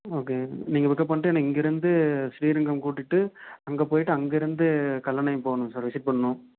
ஓகேங்க நீங்கள் பிக்கப் பண்ணிட்டு என்ன இங்கேருந்து ஸ்ரீரங்கம் கூட்டிகிட்டு அங்கே போயிட்டு அங்கே இருந்து கல்லணை போகணும் சார் விசிட் பண்ணணும்